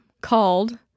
called